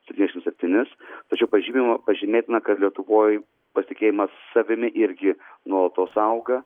septyniasdešims septynis tačiau pažymima pažymėtina kad lietuvoje pasitikėjimas savimi irgi nuolatos auga